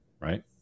Right